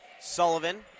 Sullivan